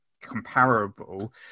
comparable